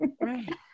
Right